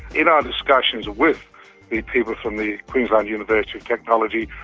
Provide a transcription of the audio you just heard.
in our discussions with the people from the queensland university of technology,